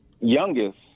youngest